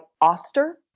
Oster